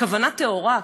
כוונה טהורה,